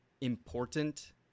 important